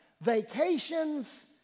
vacations